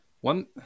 One